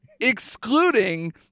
excluding